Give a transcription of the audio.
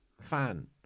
fan